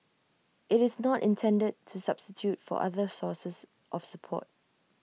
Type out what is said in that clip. IT is not intended to substitute for other sources of support